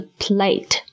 plate